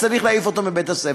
צריך להעיף אותו מבית-הספר.